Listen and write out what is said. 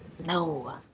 No